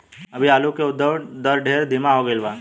अभी आलू के उद्भव दर ढेर धीमा हो गईल बा